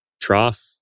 trough